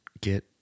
get